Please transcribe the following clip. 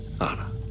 Anna